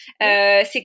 c'est